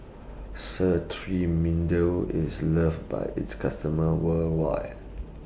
IS loved By its customers worldwide